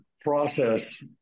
process